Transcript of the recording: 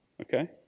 Okay